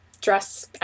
dress